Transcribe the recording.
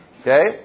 Okay